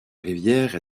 rivière